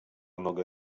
noga